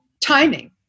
timing